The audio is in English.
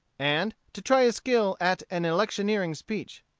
and to try his skill at an electioneering speech.